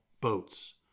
boats